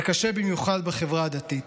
זה קשה במיוחד בחברה הדתית,